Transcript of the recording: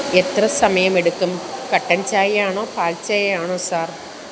എത്ര സമയം എടുക്കും കട്ടൻ ചായയാണോ പാൽച്ചായയാണോ സാർ